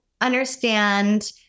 understand